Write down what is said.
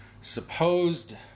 supposed